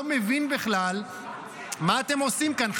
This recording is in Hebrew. אני לא מבין בכלל מה אתם עושים כאן,